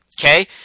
okay